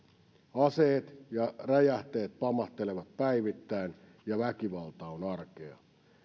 aseet ja räjähteet pamahtelevat päivittäin ja väkivalta on arkea